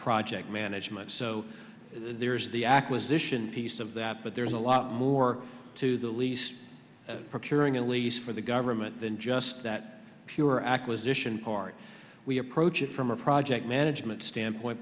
project management so there's the acquisition piece of that but there's a lot more to the least procuring at least for the government than just that pure acquisition part we approach it from a project management standpoint